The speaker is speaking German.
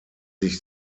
sich